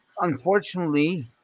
Unfortunately